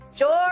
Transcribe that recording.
George